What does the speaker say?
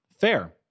fair